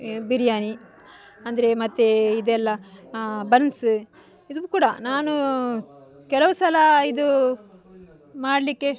ಬಿರಿಯಾನಿ ಅಂದರೆ ಮತ್ತು ಇದೆಲ್ಲ ಬನ್ಸ್ ಇದು ಕೂಡ ನಾನು ಕೆಲವು ಸಲ ಇದು ಮಾಡಲಿಕ್ಕೆ